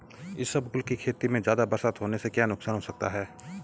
इसबगोल की खेती में ज़्यादा बरसात होने से क्या नुकसान हो सकता है?